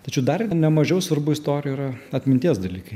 tačiau dar ne mažiau svarbu istorijoj yra atminties dalykai